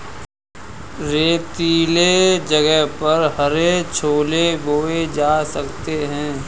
रेतीले जगह पर हरे छोले बोए जा सकते हैं